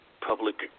Public